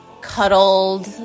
cuddled